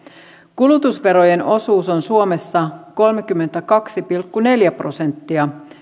kulutusverojen osuus on suomessa kolmekymmentäkaksi pilkku neljä prosenttia